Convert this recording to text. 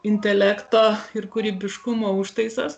intelekto ir kūrybiškumo užtaisas